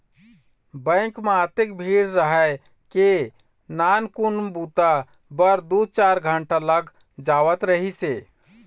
bank म अतेक भीड़ रहय के नानकुन बूता बर दू चार घंटा लग जावत रहिस हे